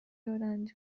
öğrenci